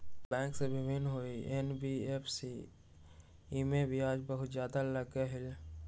Bank से भिन्न हई एन.बी.एफ.सी इमे ब्याज बहुत ज्यादा लगहई?